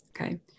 okay